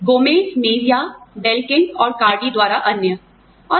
और Gomez Mejia Belkin और कार्डीGomez Mejia Belkin and Cardy द्वारा अन्य